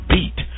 Beat